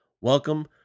Welcome